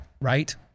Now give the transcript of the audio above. right